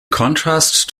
contrast